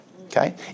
okay